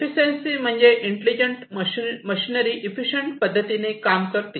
efficiency म्हणजे intelligent machinery efficient पद्धतीने काम करतील